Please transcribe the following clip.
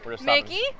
Mickey